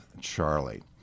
Charlie